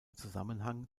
zusammenhang